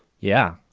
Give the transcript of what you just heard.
yeah.